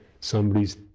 somebody's